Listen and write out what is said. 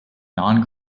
non